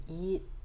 eat